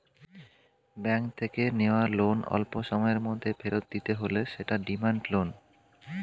bank থেকে নেওয়া loan অল্পসময়ের মধ্যে ফেরত দিতে হলে সেটা ডিমান্ড লোন